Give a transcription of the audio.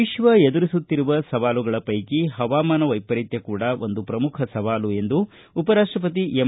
ವಿಶ್ವ ಎದುರಿಸುತ್ತಿರುವ ಸವಾಲುಗಳ ಪೈಕಿಹವಾಮಾನ ವೈಪರೀತ್ಯ ಕೂಡಾ ಒಂದ ಪ್ರಮುಖ ಸವಾಲು ಎಂದು ಉಪರಾಷ್ಟಪತಿ ಎಂ